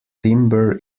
timber